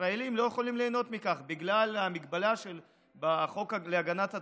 וישראלים לא יכולים ליהנות מכך בגלל המגבלה בחוק הגנת הצרכן.